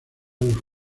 los